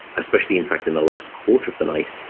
especially in fact in the last quarter of the night.